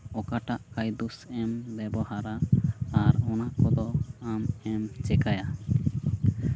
ᱚᱠᱟᱴᱟᱜ ᱠᱟᱹᱭᱫᱩᱥᱮᱢ ᱵᱮᱵᱚᱦᱟᱨᱟ ᱟᱨ ᱚᱱᱟ ᱠᱚᱫᱚ ᱟᱢᱮᱢ ᱪᱤᱠᱟᱹᱭᱟ